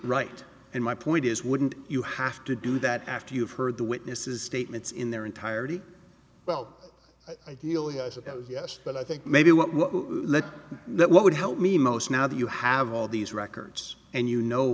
right and my point is wouldn't you have to do that after you've heard the witnesses statements in their entirety well i deal with as a yes but i think maybe what that would help me most now that you have all these records and you know